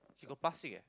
he got past sick eh